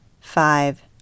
five